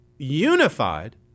unified